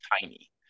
tiny